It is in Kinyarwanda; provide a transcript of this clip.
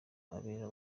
abera